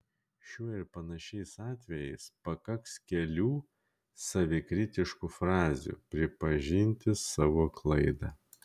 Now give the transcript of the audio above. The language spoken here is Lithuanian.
šiuo ir panašiais atvejais pakaks kelių savikritiškų frazių pripažinti savo klaidą